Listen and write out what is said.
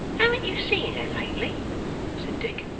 haven't you seen her lately said dick.